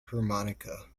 harmonica